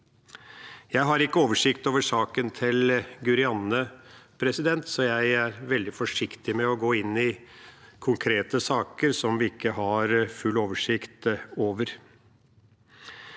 Jeg har ikke oversikt over saken til Guri Anne, så jeg er veldig forsiktig med å gå inn i konkrete saker som vi ikke har full oversikt over.